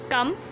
Come